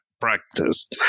practice